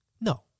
No